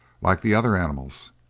like the other animals.